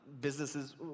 businesses